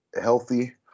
healthy